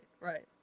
right